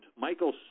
Michael